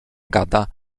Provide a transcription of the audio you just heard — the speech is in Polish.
gada